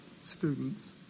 students